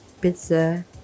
pizza